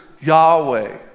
Yahweh